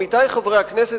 עמיתי חברי הכנסת,